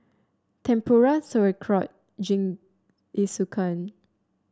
Tempura Sauerkraut Jingisukan